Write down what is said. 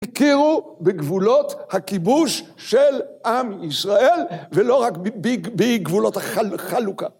הכירו בגבולות הכיבוש של עם ישראל ולא רק בגבולות החלוקה.